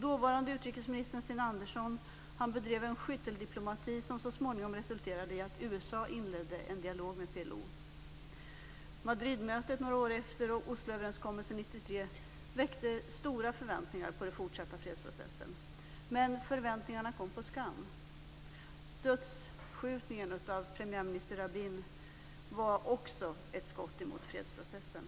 Dåvarande utrikesministern Sten Andersson bedrev en skytteldiplomati som så småningom resulterade i att USA inledde en dialog med PLO. Madridmötet några år efteråt och Osloöverenskommelsen 1993 väckte stora förväntningar på den fortsatta fredsprocessen. Men förväntningarna kom på skam. Dödsskjutningen av premiärminister Rabin var också ett skott mot fredsprocessen.